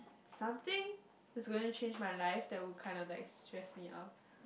something is going to change my life that would kinda like stress me out